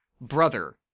brother